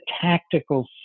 tactical